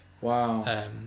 Wow